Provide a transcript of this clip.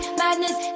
madness